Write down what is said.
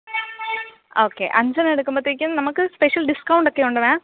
okay അഞ്ച് എണ്ണം എടുക്കുമ്പോഴ്ത്തേക്കും നമുക്ക് സ്പെഷ്യൽ ഡിസ്കൗണ്ട് ഒക്കെ ഉണ്ട് മാം